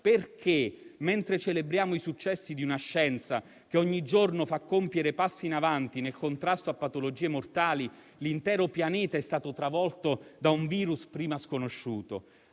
Perché, mentre celebriamo i successi di una scienza che ogni giorno fa compiere passi in avanti nel contrasto a patologie mortali, l'intero pianeta è stato travolto da un virus prima sconosciuto?